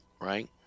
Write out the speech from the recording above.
Right